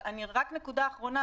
רק נקודה אחרונה,